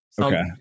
Okay